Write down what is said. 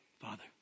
Father